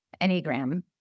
Enneagram